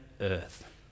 Earth